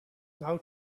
now